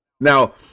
Now